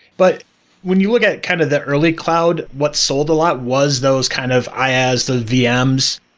but when you look at kind of the early cloud, what's sold a lot was those kind of iaas, the vms.